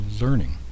learning